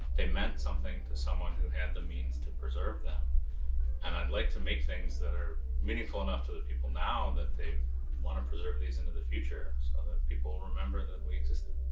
they meant something to someone who had the means to preserve them and i'd like to make things that are meaningful enough to the people now that they want to preserve these into the future so that people remember that we existed.